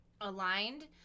aligned